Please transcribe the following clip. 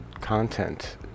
content